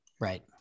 Right